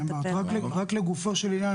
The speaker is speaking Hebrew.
רק לגופו של עניין,